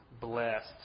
blessed